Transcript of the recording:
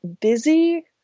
busy